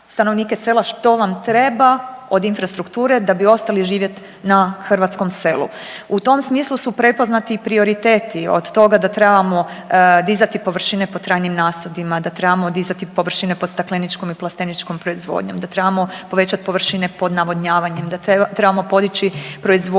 stanovnike sela što vam treba od infrastrukture da bi ostali živjet na hrvatskom selu. U tom smislu su prepoznati i prioriteti od toga trebamo dizati površine pod trajnim nasadima, da trebamo dizati površine pod stakleničkom i plasteničkom proizvodnjom, da trebamo povećati površine pod navodnjavanjem, da trebamo podići proizvodnju